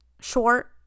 short